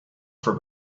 for